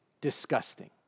disgusting